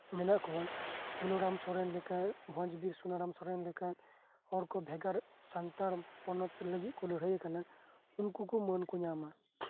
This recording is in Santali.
ᱢᱮᱱᱟᱜ ᱠᱚᱣᱟ ᱥᱩᱱᱟᱹᱨᱟᱢ ᱥᱚᱨᱮᱱ ᱞᱮᱠᱟ ᱵᱷᱚᱸᱡ ᱵᱤᱨ ᱥᱩᱱᱟᱹᱨᱟᱢ ᱥᱚᱨᱮᱱ ᱞᱮᱠᱟ ᱦᱚᱲ ᱠᱚ ᱵᱷᱮᱜᱟᱨ ᱥᱟᱱᱛᱟᱲ ᱯᱚᱱᱚᱛ ᱞᱟᱹᱜᱤᱫ ᱞᱟᱹᱲᱦᱟᱹᱭ ᱠᱟᱱᱟ ᱩᱱᱠᱩ ᱠᱚ ᱢᱟᱹᱱ ᱠᱚ ᱧᱟᱢ ᱢᱟ